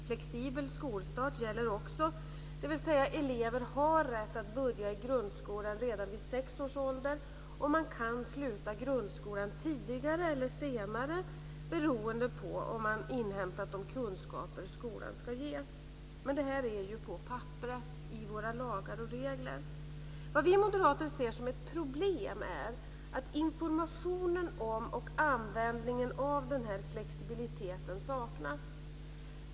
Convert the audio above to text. Flexibel skolstart gäller också, dvs. att elever har rätt att börja i grundskolan redan vid sex års ålder, och man kan sluta grundskolan tidigare eller senare beroende på om man har inhämtat de kunskaper som skolan ska ge. Men detta är ju på papperet i våra lagar och regler. Vad vi moderater ser som ett problem är att informationen om och användningen av denna flexibilitet saknas.